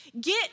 Get